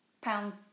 pounds